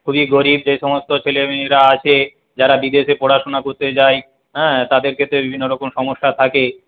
খুবই গরীব যে সমস্ত ছেলেমেয়েরা আছে যারা বিদেশে পড়াশুনো করতে যায় হ্যাঁ তাদের ক্ষেত্রে বিভিন্নরকম সমস্যা থাকে